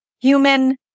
human